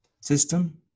system